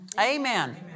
Amen